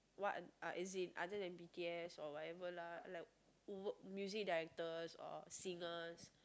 what uh as in other than b_t_s or whatever lah like w~ music directors or singers